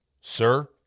sir